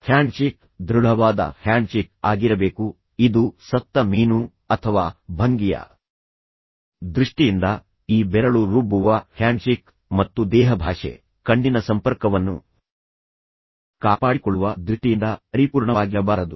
handshake ದೃಢವಾದ handshake ಆಗಿರಬೇಕು ಇದು ಸತ್ತ ಮೀನು ಅಥವಾ ಭಂಗಿಯ ದೃಷ್ಟಿಯಿಂದ ಈ ಬೆರಳು ರುಬ್ಬುವ ಹ್ಯಾಂಡ್ಶೇಕ್ ಮತ್ತು ದೇಹಭಾಷೆ ಕಣ್ಣಿನ ಸಂಪರ್ಕವನ್ನು ಕಾಪಾಡಿಕೊಳ್ಳುವ ದೃಷ್ಟಿಯಿಂದ ಪರಿಪೂರ್ಣವಾಗಿರಬಾರದು